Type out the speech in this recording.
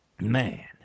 Man